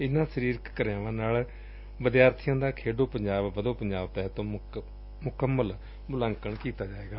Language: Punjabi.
ਇਨਾਾ ਸਰੀਰਕ ਕਿਰਿਆਵਾ ਨਾਲ ਵਿਦਿਆਰਥੀਆਂ ਦਾ ਖੇਡੋ ਪੰਜਾਬ ਵਧੋ ਪੰਜਾਬ ਤਹਿਤ ਮੁਕੰਮਲ ਮੁਲਾਂਕਣ ਕੀਤਾ ਜਾਵੇਗਾ